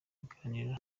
biganiro